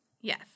Yes